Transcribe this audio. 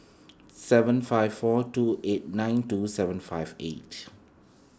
seven five four two eight nine two seven five eight